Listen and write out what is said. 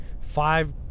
Five